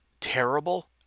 terrible